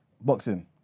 Boxing